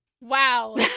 Wow